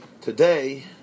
Today